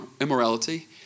immorality